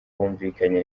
bumvikanye